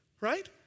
right